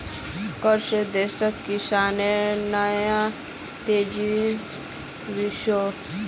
कर से देशोत विकासेर नया तेज़ी वोसोहो